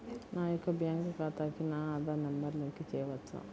నా యొక్క బ్యాంక్ ఖాతాకి నా ఆధార్ నంబర్ లింక్ చేయవచ్చా?